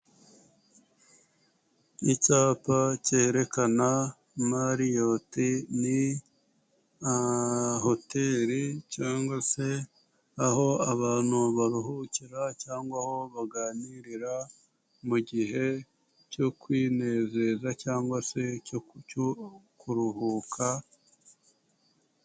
Icyapa cyerekana Marriott ni hoteri, cyangwa se aho abantu baruhukira cyangwa aho baganirira mu gihe cyo kwinezeza cyangwa se kuruhuka.